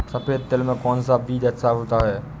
सफेद तिल में कौन सा बीज सबसे अच्छा होता है?